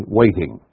waiting